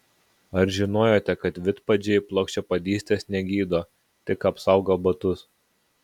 ar žinojote kad vidpadžiai plokščiapadystės negydo tik apsaugo batus